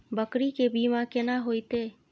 बकरी के बीमा केना होइते?